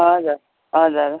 हजुर हजुर